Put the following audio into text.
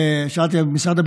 שאלתי היום במשרד,